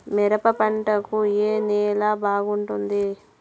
మిరప పంట కు ఏ నేల బాగుంటుంది?